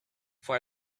for